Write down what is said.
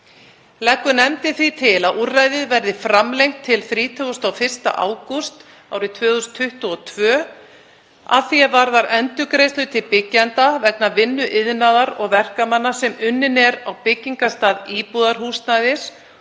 Leggur nefndin því til að úrræðið verði framlengt til 31. ágúst árið 2022 að því er varðar endurgreiðslu til byggjenda vegna vinnu iðnaðar- og verkamanna sem unnin er á byggingarstað íbúðarhúsnæðis